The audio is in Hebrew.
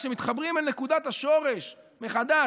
כשמתחברים אל נקודת השורש מחדש,